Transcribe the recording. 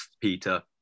Peter